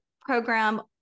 program